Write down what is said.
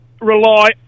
rely